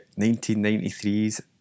1993's